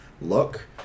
look